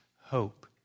hope